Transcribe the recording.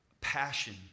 passion